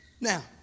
Now